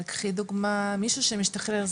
אבל קחי דוגמא מישהו שמשתחרר,